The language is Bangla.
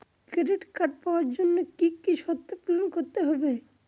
ক্রেডিট কার্ড পাওয়ার জন্য কি কি শর্ত পূরণ করতে হবে?